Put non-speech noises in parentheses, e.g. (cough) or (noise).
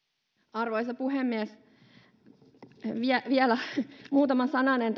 arvoisa puhemies vielä muutama sananen (unintelligible)